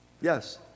Yes